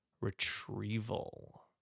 retrieval